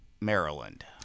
maryland